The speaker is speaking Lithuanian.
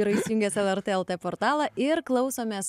yra įsijungęs lrt lt portalą ir klausomės